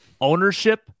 ownership